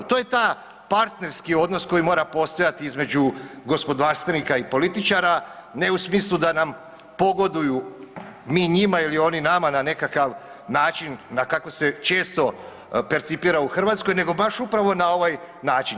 To je taj partnerski odnos koji mora postojati između gospodarstvenika i političara, ne u smislu da nam pogoduju mi njima ili oni nama na nekakav način kako se često percipira u Hrvatskoj, nego baš upravo na ovaj način.